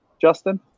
Justin